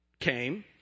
came